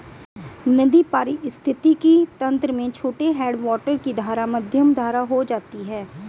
नदी पारिस्थितिक तंत्र में छोटे हैडवाटर की धारा मध्यम धारा हो जाती है